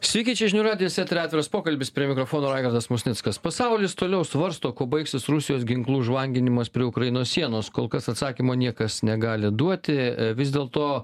sveiki žinių radijas eteryje atviras pokalbis prie mikrofono raigardas musnickas pasaulis toliau svarsto kuo baigsis rusijos ginklų žvanginimas prie ukrainos sienos kol kas atsakymo niekas negali duoti vis dėlto